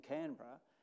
Canberra